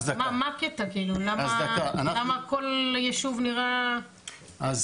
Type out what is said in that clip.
מה הקטע כאילו למה כל ישוב נראה --- דקה,